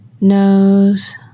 nose